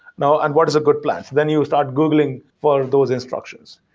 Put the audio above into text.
you know and what is a good plan? then you start googling for those instructions.